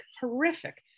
horrific